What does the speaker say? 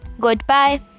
goodbye